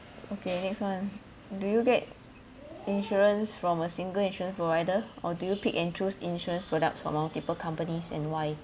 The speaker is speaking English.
okay next one do you get insurance from a single insurance provider or do you pick and choose insurance product from multiple companies and why